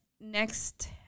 next